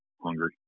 hungry